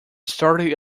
started